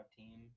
team